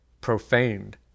profaned